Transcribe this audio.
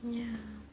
ya